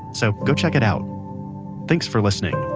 so go check it out thanks for listening